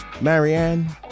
Marianne